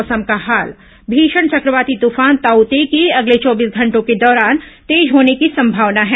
मौसम भीषण चक्रवाती तूफान ताऊ ते के अगले चौबीस घंटों के दौरान तेज होने की संभावना है